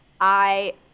I-